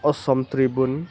Assam Tribune